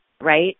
right